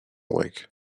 lake